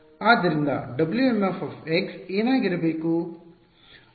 ಆದ್ದರಿಂದ Wm ಏನಾಗಿರಬೇಕು